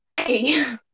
Hey